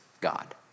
God